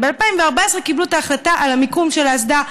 ב-2014 קיבלו את ההחלטה על המיקום של האסדה,